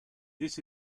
this